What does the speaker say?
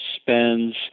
spends